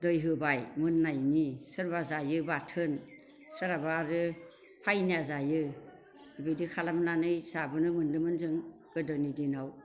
दै होबाय मोननायनि सोरबा जायो बाथोन सोरहाबा आरो फायना जायो बिदि खालामनानै जाबोनो मोन्दोंमोन जों गोदोनि दिनाव